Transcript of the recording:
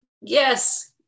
yes